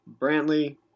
Brantley